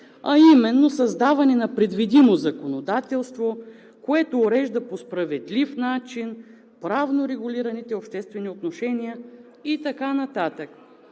а именно създаване на предвидимо законодателство, което урежда по справедлив начин правнорегулираните обществени отношения и така нататък.